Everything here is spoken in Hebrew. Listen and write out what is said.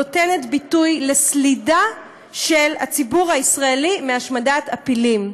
הצעת החוק הזאת נותנת ביטוי לסלידה של הציבור הישראלי מהשמדת פילים.